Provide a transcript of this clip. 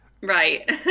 Right